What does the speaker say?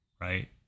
right